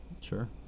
Sure